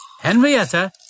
Henrietta